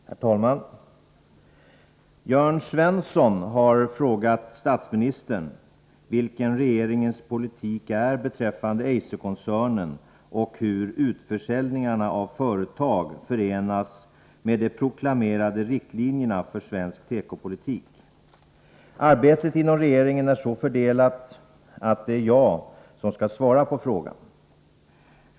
Herr talman! Jörn Svensson har frågat statsministern vilken regeringens politik är beträffande Eiserkoncernen och hur utförsäljningarna av företag förenas med de proklamerade riktlinjerna för svensk tekopolitik. Arbetet inom regeringen är så fördelat att det är jag som skall svara på frågan.